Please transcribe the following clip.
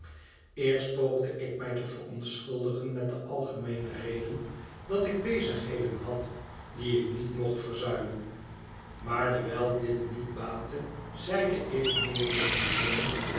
eerst poogde ik mij te verontschuldigen met de algemeene reden dat ik bezigheden had die ik niet mocht verzuimen maar dewijl dit niet baatte zeide ik meer in het bijzonder